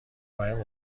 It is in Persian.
برای